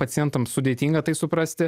pacientams sudėtinga tai suprasti